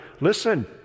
Listen